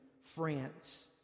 France